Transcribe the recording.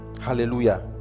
Hallelujah